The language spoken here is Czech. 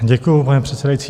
Děkuji, pane předsedající.